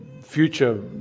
future